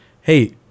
hey